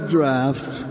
Draft